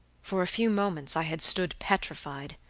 for a few moments i had stood petrified.